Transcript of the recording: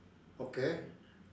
okay